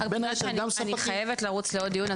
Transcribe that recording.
בין היתר גם ספקים --- אני חייבת לרוץ לעוד דיון.